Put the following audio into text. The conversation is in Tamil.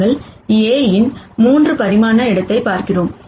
நாங்கள் Aஇன் 3 பரிமாண இடத்தைப் பார்க்கிறோம்